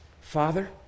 Father